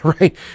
right